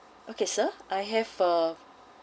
okay sir I have a